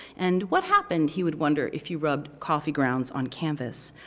and what happened, he would wonder if you rubbed coffee grounds on canvas.